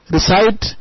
Recite